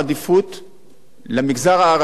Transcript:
נתנו עדיפות לסוציו-אקונומי 1,